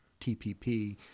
TPP